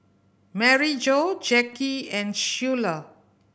Maryjo Jacky and Schuyler